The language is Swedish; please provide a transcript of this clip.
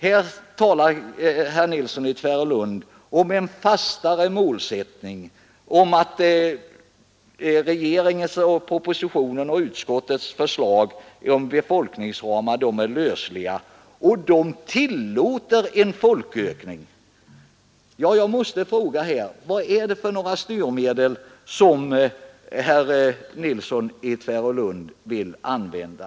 Herr Nilsson i Tvärålund talar för en fastare målsättning och menar att regeringens, oppositionens och utskottets förslag till befolkningsramar är lösliga och tillåter en folkökning. Jag måste fråga vad det är för styrmedel som herr Nilsson i Tvärålund vill använda.